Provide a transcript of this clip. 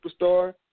superstar